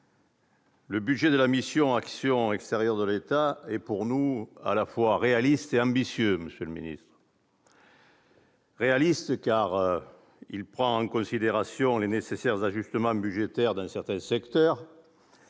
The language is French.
de budget de la mission « Action extérieure de l'État » est, selon nous, à la fois réaliste et ambitieux. Il est réaliste, car il prend en considération les nécessaires ajustements budgétaires dans certains secteurs.